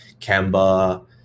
Kemba